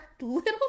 little